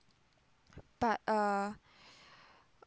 but uh